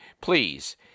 please